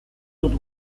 dut